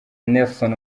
nelson